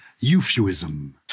euphuism